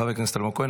חבר הכנסת אלמוג כהן,